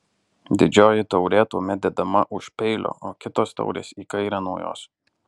didžioji taurė tuomet dedama už peilio o kitos taurės į kairę nuo jos